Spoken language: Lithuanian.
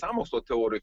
sąmokslo teorijų